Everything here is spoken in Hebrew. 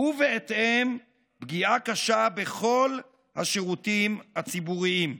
ובהתאם, פגיעה קשה בכל השירותים הציבוריים.